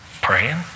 Praying